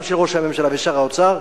גם של ראש הממשלה ושר האוצר,